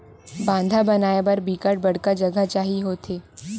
बांधा बनाय बर बिकट बड़का जघा चाही होथे